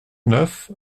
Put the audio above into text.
neuf